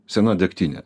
sena degtinė